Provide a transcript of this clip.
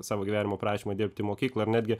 savo gyvenimo aprašymą dirbti mokykloj ir netgi